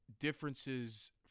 differences